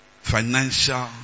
financial